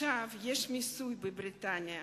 שבבריטניה